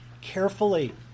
carefully